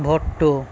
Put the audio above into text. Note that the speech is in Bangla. ভট্ট